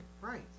Right